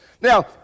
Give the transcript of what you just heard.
Now